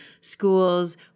schools